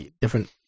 different